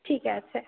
ঠিক আছে